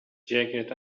jacket